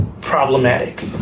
problematic